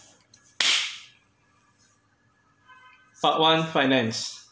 part one finance